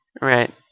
Right